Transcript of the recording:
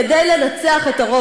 כדי לנצח את הרוב האוטומטי.